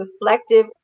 reflective